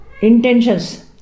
intentions